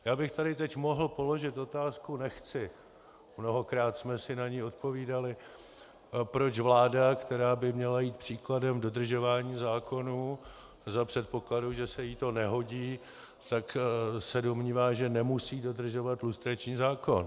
Já bych tady teď mohl položit otázku nechci, mnohokrát jsme si na ni odpovídali , proč se vláda, která by měla jít příkladem v dodržování zákonů, za předpokladu, že se jí to nehodí, domnívá, že nemusí dodržovat lustrační zákon.